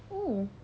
oh